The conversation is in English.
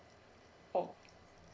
oh